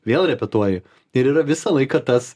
vėl repetuoji ir yra visą laiką tas